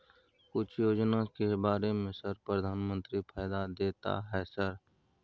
कुछ योजना के बारे में सर प्रधानमंत्री फायदा देता है सर?